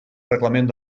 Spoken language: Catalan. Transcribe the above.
reglament